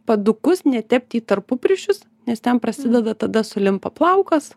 padukus netepti į tarpupirščius nes ten prasideda tada sulimpa plaukas